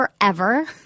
Forever